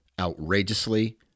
outrageously